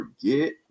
forget